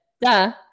duh